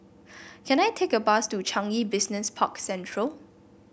can I take a bus to Changi Business Park Central